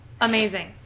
amazing